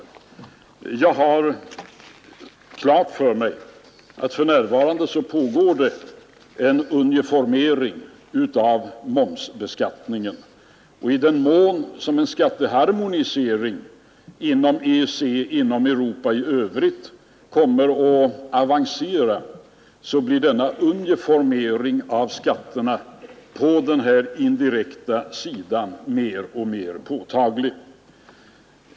Ja, jag har klart för mig att för närvarande pågår en uniformering av momsbeskattningen, och i den mån skatteharmoniseringen inom EEC och inom Europa i övrigt kommer att avancera, blir denna uniformering av skatterna på den indirekta sidan mer och mer påtaglig.